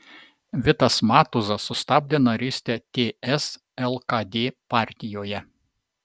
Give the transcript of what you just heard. vitas matuzas sustabdė narystę ts lkd partijoje